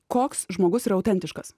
koks žmogus yra autentiškas